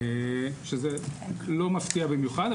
שזה לא מפתיע במיוחד.